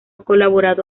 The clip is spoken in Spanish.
colaborado